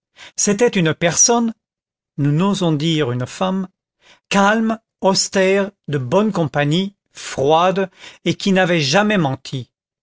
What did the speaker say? c'était une personne nous n'osons dire une femme calme austère de bonne compagnie froide et qui n'avait jamais menti